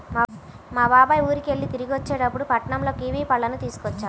మా బాబాయ్ ఊరికెళ్ళి తిరిగొచ్చేటప్పుడు పట్నంలో కివీ పళ్ళను తీసుకొచ్చాడు